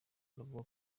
aravuga